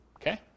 Okay